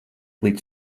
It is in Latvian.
līdz